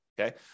okay